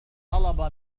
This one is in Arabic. طلب